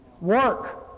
Work